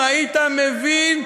אם היית מבין,